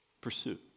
pursue